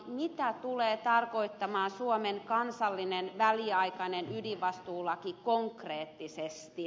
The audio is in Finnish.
mitä tulee tarkoittamaan suomen kansallinen väliaikainen ydinvastuulaki konkreettisesti